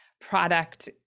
product